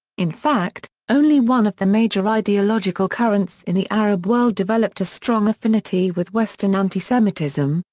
in fact, only one of the major ideological currents in the arab world developed a strong affinity with western anti-semitism,